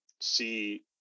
see